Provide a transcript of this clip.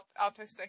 autistic